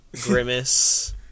Grimace